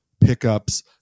pickups